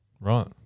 right